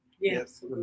Yes